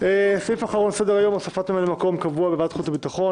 סעיף אחרון בסדר-היום: הוספת ממלא מקום קבוע בוועדת החוץ והביטחון,